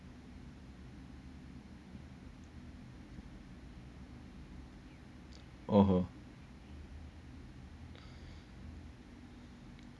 oh [ho]